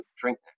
drink